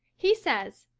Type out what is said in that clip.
he says,